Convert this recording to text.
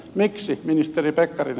miksi ministeri pekkarinen